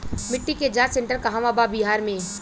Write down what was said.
मिटी के जाच सेन्टर कहवा बा बिहार में?